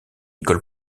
école